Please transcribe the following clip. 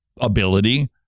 ability